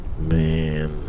Man